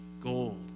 gold